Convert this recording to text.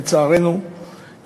לצערנו,